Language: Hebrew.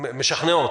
המשכנעות,